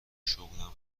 شغلم